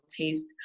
taste